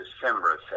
December